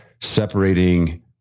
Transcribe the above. separating